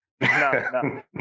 No